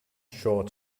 short